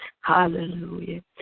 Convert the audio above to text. Hallelujah